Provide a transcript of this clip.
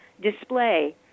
display